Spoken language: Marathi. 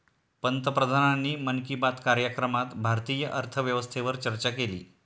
पंतप्रधानांनी मन की बात कार्यक्रमात भारतीय अर्थव्यवस्थेवर चर्चा केली